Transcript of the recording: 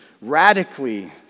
radically